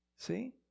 See